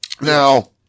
Now